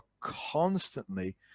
constantly